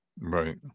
right